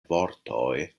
vortoj